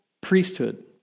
priesthood